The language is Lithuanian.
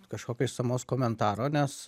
kažkokio išsamaus komentaro nes